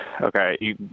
Okay